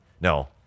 No